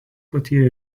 patyrė